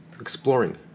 exploring